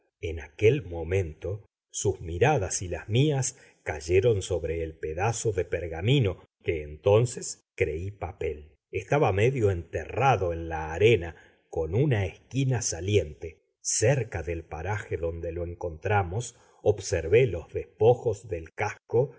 en aquel momento sus miradas y las mías cayeron sobre el pedazo de pergamino que entonces creí papel estaba medio enterrado en la arena con una esquina saliente cerca del paraje donde lo encontramos observé los despojos del casco